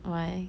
why